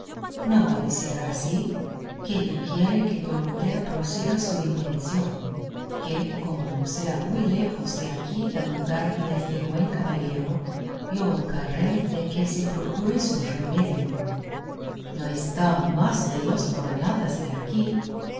no ha de ser así que yo quiero que dorotea prosiga su invención que como no sea muy lejos de aquí el lugar deste buen caballero yo holgaré de que se procure su remedio no está más de dos jornadas de aquí